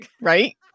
Right